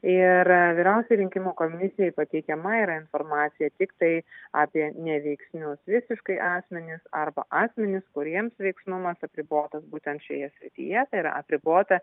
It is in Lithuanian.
ir vyriausiajai rinkimų komisijai pateikiama yra informacija tiktai apie neveiksnius visiškai asmenis arba asmenys kuriems veiksnumas apribotas būtent šioje srityje tai yra apribota